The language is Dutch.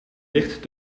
ligt